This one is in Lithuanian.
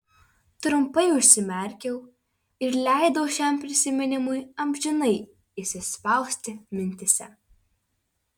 trumpai užsimerkiau ir leidau šiam prisiminimui amžinai įsispausti mintyse